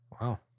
Wow